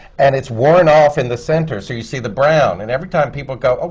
and it's worn-off in the center, so you see the brown. and every time, people go, oh,